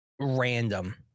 random